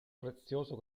prezioso